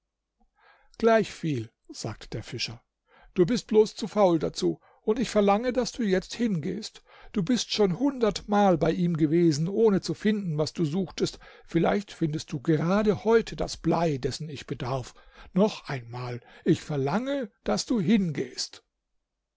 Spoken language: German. gleichviel sagte der fischer du bist bloß zu faul dazu und ich verlange daß du jetzt hingehst du bist schon hundertmal bei ihm gewesen ohne zu finden was du suchtest vielleicht findest du gerade heute das blei dessen ich bedarf noch einmal ich verlange daß du hingehst